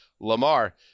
Lamar